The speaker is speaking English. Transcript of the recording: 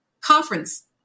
conference